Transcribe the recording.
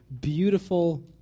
beautiful